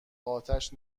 اتش